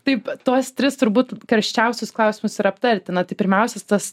taip tuos tris turbūt karščiausius klausimus ir aptarti na tai pirmiausias tas